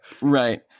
Right